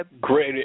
Great